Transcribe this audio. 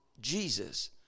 Jesus